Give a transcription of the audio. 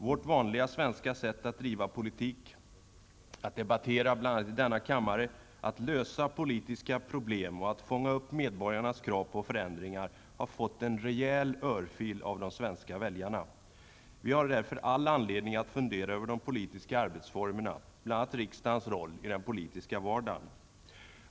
Vårt vanliga svenska sätt att driva politik, att debattera, bl.a. i denna kammare, att lösa politiska problem och att fånga upp medborgarnas krav på förändringar har fått en rejäl örfil av de svenska väljarna. Vi har därför all anledning att fundera över de politiska arbetsformerna, bl.a. riksdagens roll i den politiska vardagen.